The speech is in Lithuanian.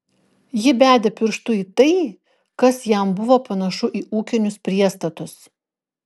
ji bedė pirštu į tai kas jam buvo panašu į ūkinius priestatus